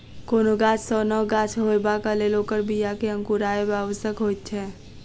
कोनो गाछ सॅ नव गाछ होयबाक लेल ओकर बीया के अंकुरायब आवश्यक होइत छै